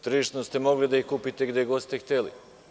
Tržišno ste mogli da ih kupite gde god ste hteli.